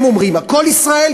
הם אומרים "הכול ישראל",